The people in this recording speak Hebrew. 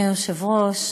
אדוני היושב-ראש,